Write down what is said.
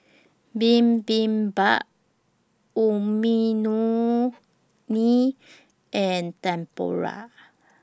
Bibimbap and Tempura